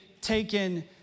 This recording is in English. taken